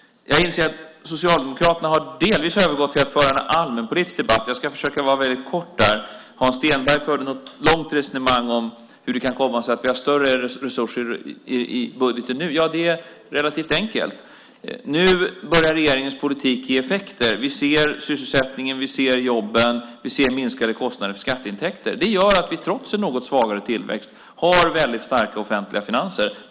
Socialdemokraterna har delvis övergått till att föra en allmänpolitisk debatt. Jag ska försöka vara väldigt kort där. Hans Stenberg förde ett långt resonemang om hur det kan komma sig att vi har större resurser i budgeten nu. Det är relativt enkelt. Nu börjar regeringens politik ge effekter. Vi ser sysselsättningen, vi ser jobben och vi ser minskade kostnader för skatteintäkter. Det gör att vi trots en något svagare tillväxt har väldigt starka offentliga finanser.